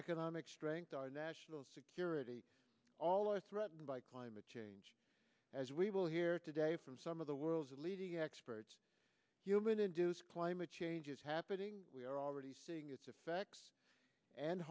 economic strength our national security all are threatened by climate change as we will hear today from some of the world's leading experts human induced climate change is happening we are already seeing its effects and